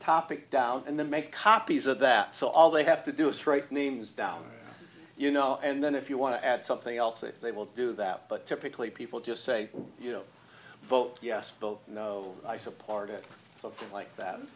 topic down and then make copies of that so all they have to do is write names down you know and then if you want to add something else that they will do that but typically people just say you know vote yes but you know i supported something like that and